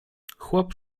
chłop